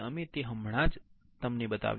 અમે તે હમણાં જ તમ ને બતાવ્યું